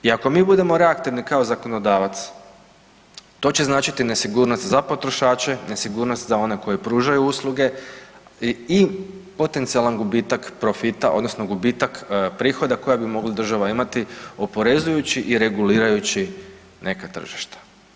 I ako mi budemo reaktivni kao zakonodavac, to će značiti nesigurnost za potrošače, nesigurnost za one koji pružaju usluge i potencijalan gubitak profita odnosno gubitak prihoda koje bi mogla država imati oporezujući i regulirajući neka tržišta.